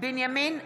בנימין נתניהו,